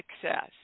success